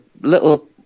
little